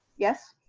yes.